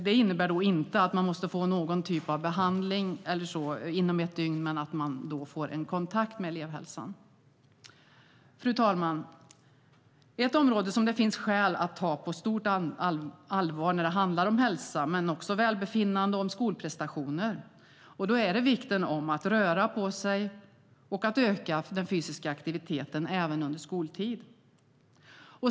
Det innebär inte att man måste få någon typ av behandling inom ett dygn, men att man får kontakt med elevhälsan. Fru talman! Ett område som det finns skäl att ta på allvar handlar om hälsa, men även om välbefinnande och om skolprestationer. Det är vikten av att röra på sig och att öka den fysiska aktiviteten även under skoltid.